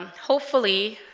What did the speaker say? hopefully